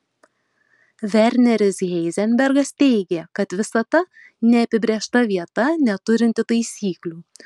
verneris heizenbergas teigė kad visata neapibrėžta vieta neturinti taisyklių